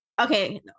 okay